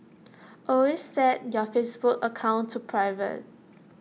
always set your Facebook account to private